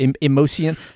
Emotion